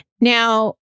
Now